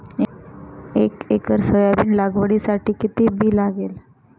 एक acre soyabean लागवडीसाठी किती बी लागेल?